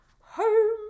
home